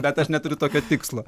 bet aš neturiu tokio tikslo